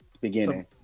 beginning